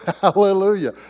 Hallelujah